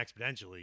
exponentially